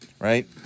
right